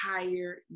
entire